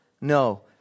no